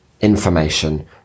information